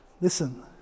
Listen